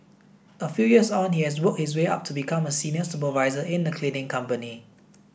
a few years on he has worked his way up to become a senior supervisor in a cleaning company